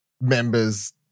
members